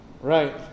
Right